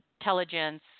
Intelligence